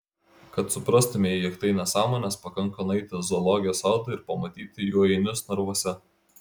kad suprastumei jog tai nesąmonės pakanka nueiti į zoologijos sodą ir pamatyti jų ainius narvuose